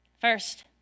First